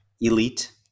Elite